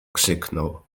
krzyknął